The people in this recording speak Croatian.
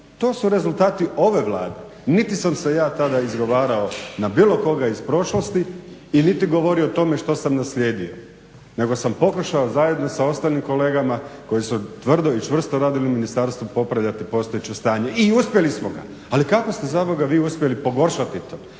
To su rezultati ove Vlade. Niti sam se ja tada izgovarao na bilo koga iz prošlosti i niti govorio o tome što sam naslijedio nego sam pokušao zajedno sa ostalim kolegama koji su tvrdo i čvrsto radili u ministarstvu popravljati postojeće stanje. I uspjeli smo ga. Ali kako ste zaboga vi uspjeli pogoršati to?